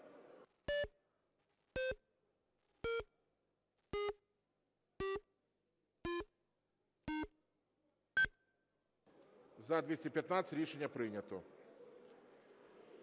За-241 Рішення прийнято.